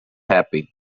happy